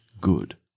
good